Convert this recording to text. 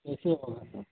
کیسے ہوگا سب